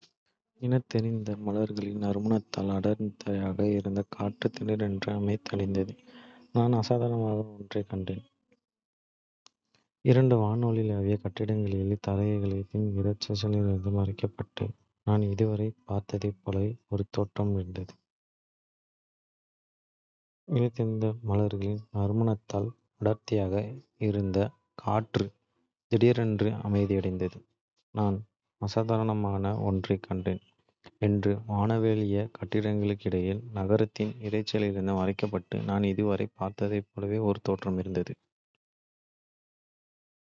இனந்தெரியாத மலர்களின் நறுமணத்தால் அடர்த்தியாக இருந்த காற்று திடீரென்று அமைதியடைந்தது. நான் அசாதாரணமான ஒன்றைக் கண்டேன். இரண்டு வானளாவிய கட்டிடங்களுக்கிடையில், நகரத்தின் இரைச்சலிலிருந்து மறைக்கப்பட்டு, நான் இதுவரை பார்த்ததைப் போலல்லாத ஒரு தோட்டம் இருந்தது.